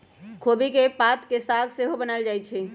खोबि के पात के साग सेहो बनायल जाइ छइ